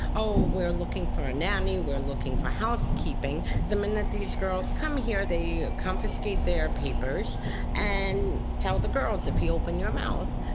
oh, we're looking for a nanny. we're looking for housekeeping. the minute these girls come here, they confiscate their papers and tell the girls, if you open your mouth,